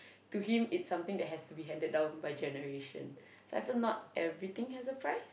to him it's something that has to be handed down by generation so I feel not everything has a price